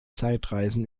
zeitreisen